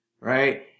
right